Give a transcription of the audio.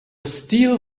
steel